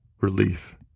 relief